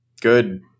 Good